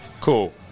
Cool